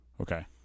Okay